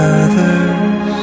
others